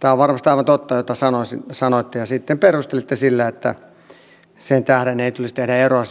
tämä on varmasti aivan totta mitä sanoitte ja sitten perustelitte sitä sillä että sen tähden ei tulisi tehdä eroa